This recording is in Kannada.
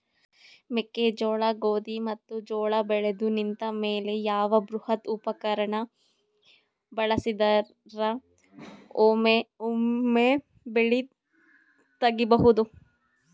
ಮೆಕ್ಕೆಜೋಳ, ಗೋಧಿ ಮತ್ತು ಜೋಳ ಬೆಳೆದು ನಿಂತ ಮೇಲೆ ಯಾವ ಬೃಹತ್ ಉಪಕರಣ ಬಳಸಿದರ ವೊಮೆ ಬೆಳಿ ತಗಿಬಹುದು?